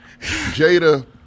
Jada